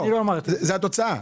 זאת התוצאה,